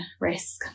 risk